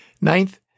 Ninth